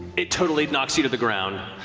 it totally knocks you to the ground.